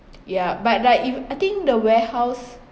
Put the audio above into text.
ya but like if I think the warehouse